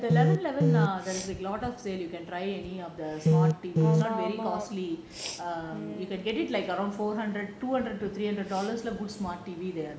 in the eleven eleven ah there's a lot of sale you can try any of the smart T_V is not very costly err you can get it like around four hundred two hundred to three hundred dollars the good smart T_V there